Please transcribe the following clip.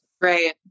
Right